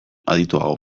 adituago